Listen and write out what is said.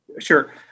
Sure